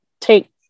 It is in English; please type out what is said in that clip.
take